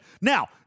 Now